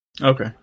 Okay